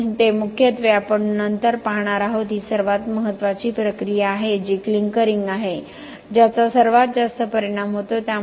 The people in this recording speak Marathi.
म्हणून ते मुख्यत्वे आपण नंतर पाहणार आहोत ही सर्वात महत्वाची प्रक्रिया आहे जी क्लिंकरिंग आहे ज्याचा सर्वात जास्त परिणाम होतो